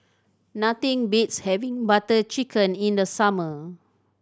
nothing beats having Butter Chicken in the summer